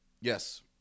yes